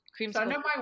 Creamsicle